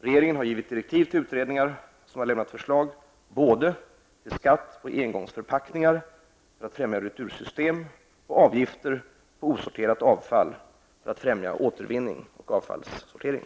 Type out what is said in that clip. Regeringen har givit direktiv till utredningar som har lämnat förslag både till skatt på engångsförpackningar för att främja retursystemet och avgifter på osorterat avfall för att främja återvinning och avfallssortering.